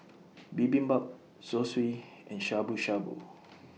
Bibimbap Zosui and Shabu Shabu